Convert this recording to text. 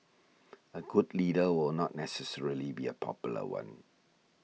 a good leader will not necessarily be a popular one